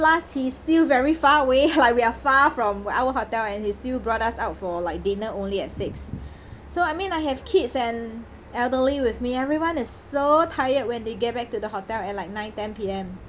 plus he's still very far away like we are far from our hotel and he still brought us out for like dinner only at six so I mean I have kids and elderly with me everyone is so tired when they get back to the hotel at like nine ten P_M